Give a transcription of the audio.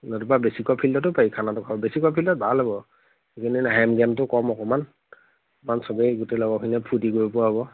নতুবা বেচিকৰ ফিল্ডটো পাৰি খানাটো খাব বেচিকৰ ফিল্ডত ভাল হ'ব হেম জেমটো কম অকণমান অকণমান চবেই গোটেই লগৰখিনিয়ে ফূৰ্তি কৰিব পৰা হ'ব